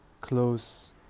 close